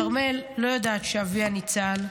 כרמל לא יודעת שאביה ניצל,